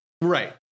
right